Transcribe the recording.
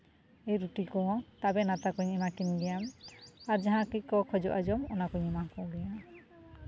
ᱨᱩᱴᱤ ᱠᱚ ᱛᱟᱵᱮᱱ ᱟᱛᱟ ᱠᱚᱧ ᱮᱢᱟ ᱠᱚ ᱜᱮᱭᱟ ᱟᱨ ᱡᱟᱦᱟᱸ ᱠᱚ ᱠᱷᱚᱡᱚᱜᱼᱟ ᱡᱚᱢ ᱚᱱᱟ ᱠᱚᱧ ᱮᱢᱟ ᱠᱚ ᱜᱮᱭᱟ